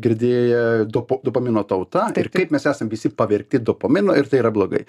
girdėję dopa dopamino tauta ir kaip mes esam visi pavergti dopamino ir tai yra blogai